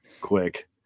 quick